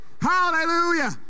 Hallelujah